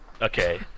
Okay